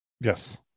Yes